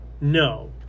no